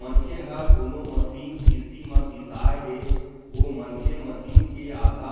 मनखे ह कोनो मसीन किस्ती म बिसाय हे ओ मनखे मसीन के आधा